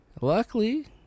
luckily